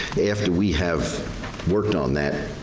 after we have worked on that,